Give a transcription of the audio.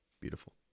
beautiful